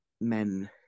men